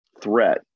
threat